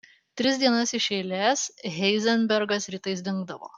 tris dienas iš eilės heizenbergas rytais dingdavo